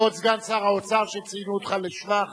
כבוד סגן שר האוצר, שציינו אותך לשבח,